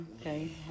okay